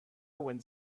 went